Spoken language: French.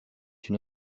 une